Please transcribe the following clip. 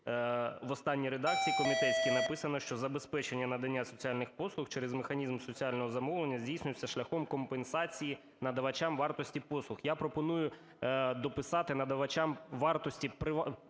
в останній редакції, комітетській, написано, що забезпечення і надання соціальних послуг через механізм соціального замовлення здійснюється шляхом компенсації надавачам вартості послуг. Я пропоную дописати: "надавачам вартості